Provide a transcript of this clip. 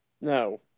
No